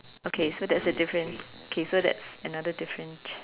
okay so that's a difference so that's another difference